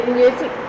music